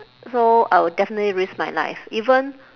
so I will definitely risk my life even